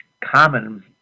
common